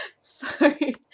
Sorry